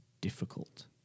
difficult